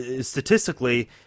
statistically